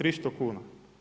300 kuna.